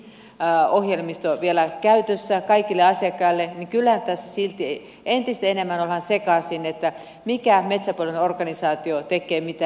fi ohjelmisto vielä käytössä kaikille asiakkaille niin kyllähän tässä entistä enemmän ollaan sekaisin että mikä metsäpuolen organisaatio tekee mitäkin